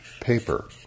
paper